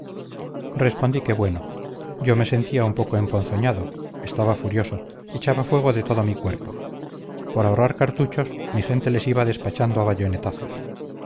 respondí que bueno yo me sentía un poco emponzoñado estaba furioso echaba fuego de todo mi cuerpo por ahorrar cartuchos mi gente les iba despachando a bayonetazos yo